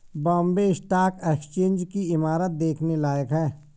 Bombay stock exchange की इमारत देखने लायक है